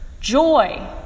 joy